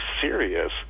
serious